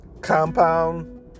compound